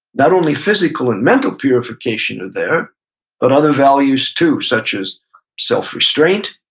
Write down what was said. not only physical and mental purification are there but other values too, such as self restraint,